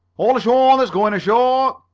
all ashore that's going ashore!